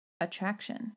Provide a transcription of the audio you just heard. Attraction